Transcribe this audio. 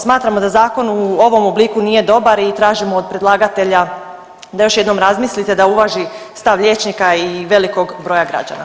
Smatramo da zakon u ovom obliku nije dobar i tražimo od predlagatelja da još jednom razmislite da uvaži stav liječnika i velikog broja građana.